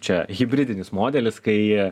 čia hibridinis modelis kai